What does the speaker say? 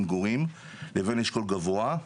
לבין אשכול גבוה.